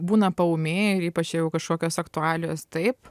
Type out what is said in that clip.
būna paūmėję ir ypač jeigu kažkokios aktualijos taip